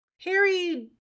Harry